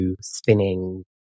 spinning